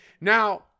Now